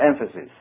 emphasis